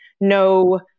no